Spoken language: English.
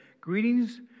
Greetings